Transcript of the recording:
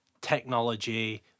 technology